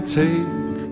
take